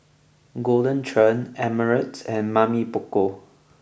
Golden Churn Ameltz and Mamy Poko